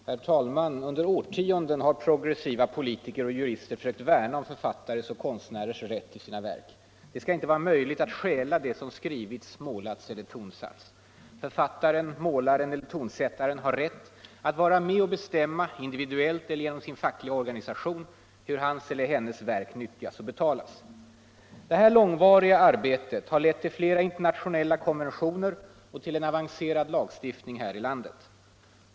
Herr talman! Under årtionden har progressiva politiker och jurister försökt värna om författares och konstnärers rätt till sina verk. Det skall inte vara möjligt att stjäla det som skrivits, målats eller tonsatts. Författaren, målaren eller tonsättaren har rätt att vara med och bestämma, individuellt eller ger.om sin fackliga organisation, hur hans eller hennes verk nyttjas och betalas. Det här långvariga arbetet har lett till flera internationella konventioner och till en avancerad lagstiftning här i landet.